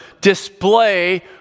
display